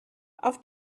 auf